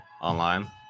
online